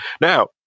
Now